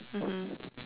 mmhmm